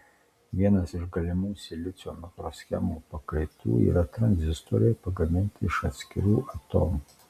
vienas iš galimų silicio mikroschemų pakaitų yra tranzistoriai pagaminti iš atskirų atomų